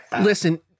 Listen